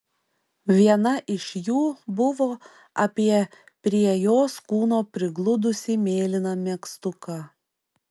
viena iš jų buvo apie prie jos kūno prigludusį mėlyną megztuką